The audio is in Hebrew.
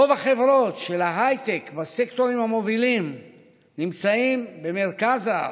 רוב החברות של ההייטק והסקטורים המובילים נמצאים במרכז הארץ,